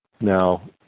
Now